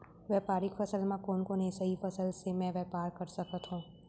व्यापारिक फसल म कोन कोन एसई फसल से मैं व्यापार कर सकत हो?